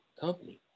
company